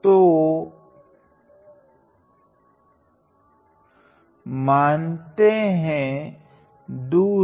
तो मानते है दूरी